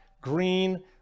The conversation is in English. green